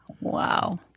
Wow